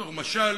בתור משל,